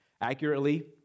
accurately